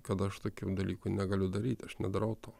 kad aš tokių dalykų negaliu daryti aš nedarau to